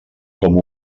com